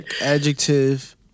adjective